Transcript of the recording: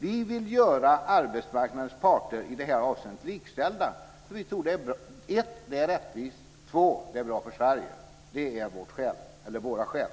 Vi vill göra arbetsmarknadens parter i det här avseendet likställda därför att vi tror 1. att det är rättvist, 2. att det är bra för Sverige. Det är våra skäl.